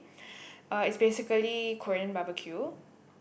uh it's basically Korean barbeque